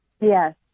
Yes